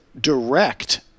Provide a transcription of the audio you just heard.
direct